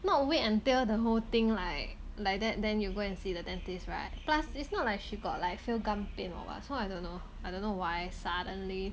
not wait until the whole thing like like that then you go and see the dentist right plus it's not like she got like feel gum pain or what so I don't know I don't know why suddenly